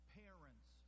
parents